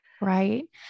Right